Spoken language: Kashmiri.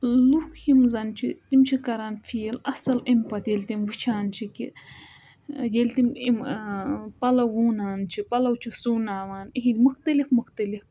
لوٗکھ یِم زَن چھِ تِم چھِ کَران فیٖل اَصٕل اَمہِ پَتہٕ ییٚلہِ تِم وُچھان چھِ کہِ ییٚلہِ تِم یِم پَلَو وونان چھِ پَلو چھِ سُوٕناوان یِہٕنٛدۍ مُختلِف مُختلِف